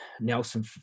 Nelson